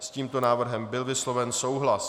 S tímto návrhem byl vysloven souhlas.